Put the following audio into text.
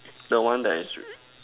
the one that is